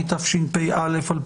התשפ"א-2021.